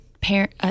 parent